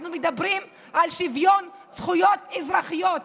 אנחנו מדברים על שוויון זכויות אזרחיות.